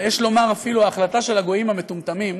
יש לומר אפילו החלטה של הגויים המטומטמים,